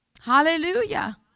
Hallelujah